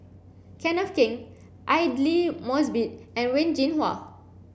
Kenneth Keng Aidli Mosbit and Wen Jinhua